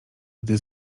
gdy